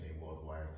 worldwide